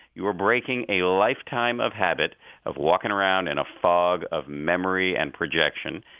you're breaking a lifetime of habit of walking around in a fog of memory and projection,